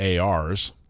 ars